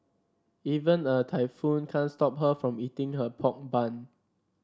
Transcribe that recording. even a typhoon can't stop her from eating her pork bun